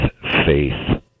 faith